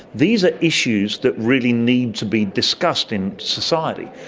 these are issues that really need to be discussed in society.